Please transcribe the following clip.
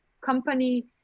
company